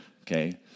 okay